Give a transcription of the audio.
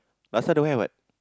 last time don't have what